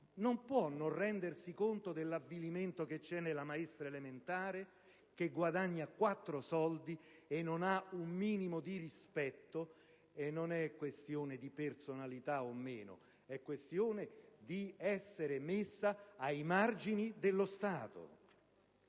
non può non rendersi conto dell'avvilimento che c'è nella maestra elementare che guadagna quattro soldi e non ha un minimo di rispetto. Non è questione di personalità o no, ma di essere messa ai margini dello Stato.